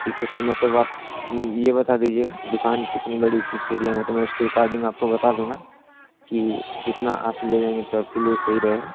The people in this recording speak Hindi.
ठीक है तो मतलब आप में यह बता दीजिएगा दुकान कितनी बड़ी किस एरिया में तो मैं उसके अकार्डिंग आपको बता दूँगा कि इतना आप ले जाएंगी तो आपके लिए सही रहेगा